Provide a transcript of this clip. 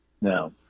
Now